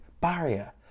barrier